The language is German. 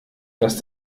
dass